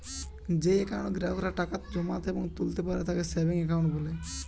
যেই একাউন্টে গ্রাহকেরা টাকা জমাতে এবং তুলতা পারে তাকে সেভিংস একাউন্ট বলে